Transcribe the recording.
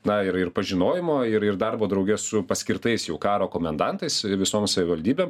na ir ir pažinojimo ir ir darbo drauge su paskirtais jau karo komendantais visom savivaldybėm